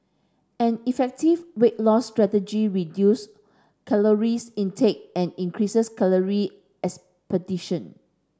an effective weight loss strategy reduce caloric intake and increases caloric expenditure